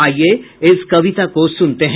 आइए इस कविता को सुनते हैं